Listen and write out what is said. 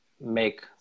make